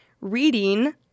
reading